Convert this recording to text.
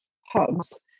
hubs